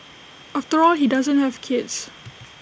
after all he doesn't have kids